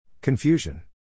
Confusion